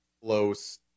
close